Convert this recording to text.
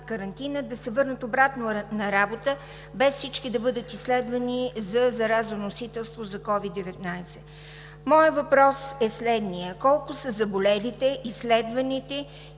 карантина, да се върнат обратно на работа без всички да бъдат изследвани за заразоносителство с СOVID-19. Моят въпрос е следният: колко са заболелите, изследваните